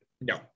no